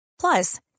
plus